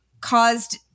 caused